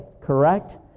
correct